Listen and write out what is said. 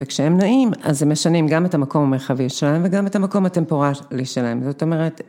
וכשהם נעים אז הם משנים גם את המקום המרחבי שלהם וגם את המקום הטמפורלי שלהם זאת אומרת.